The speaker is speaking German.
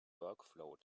workflow